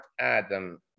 Adam